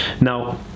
Now